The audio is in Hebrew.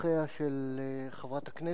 מתומכיה של חברת הכנסת,